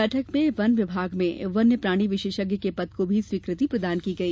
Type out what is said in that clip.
बैठक में वन विभाग में वेन्य प्राणी विशेषज्ञ के पद को भी स्वीकृति प्रदान की गई